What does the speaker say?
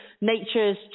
nature's